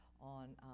on